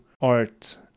art